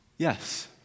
Yes